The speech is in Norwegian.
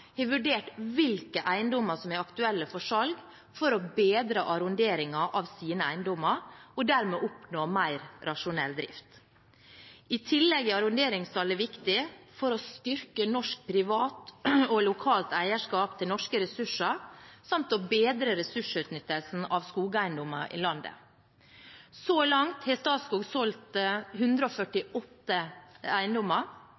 har vurdert hvilke eiendommer som er aktuelle for salg for å bedre arronderingen av sine eiendommer og dermed oppnå mer rasjonell drift. I tillegg er arronderingssalget viktig for å styrke norsk privat og lokalt eierskap til norske ressurser samt å bedre ressursutnyttelsen av skogeiendommer i landet. Så langt har Statskog solgt 148 eiendommer.